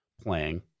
playing